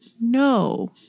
No